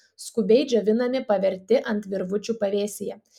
skubiai džiovinami paverti ant virvučių pavėsyje